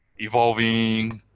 evolving,